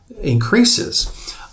increases